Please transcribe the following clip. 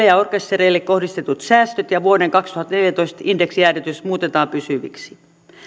ja orkestereihin kohdistetut säästöt ja vuoden kaksituhattaneljätoista indeksijäädytys muutetaan pysyviksi